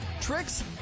tricks